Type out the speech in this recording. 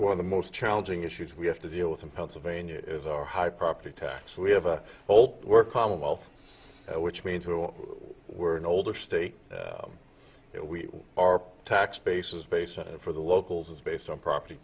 one of the most challenging issues we have to deal with in pennsylvania is our high property tax we have a hole we're commonwealth which means we're an older state we are tax bases bases for the locals is based on property